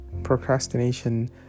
procrastination